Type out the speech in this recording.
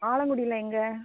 ஆலங்குடியில் எங்கே